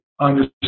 understand